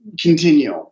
continue